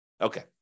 Okay